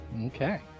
Okay